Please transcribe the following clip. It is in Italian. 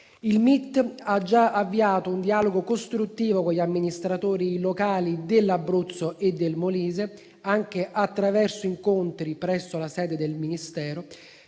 ha già avviato un dialogo costruttivo con gli amministratori locali dell'Abruzzo e del Molise, anche attraverso incontri presso la sede del Ministero,